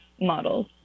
models